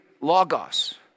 Logos